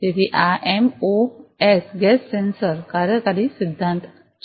તેથી આ MOS gas sensor કાર્યકારી સિદ્ધાંત આ છે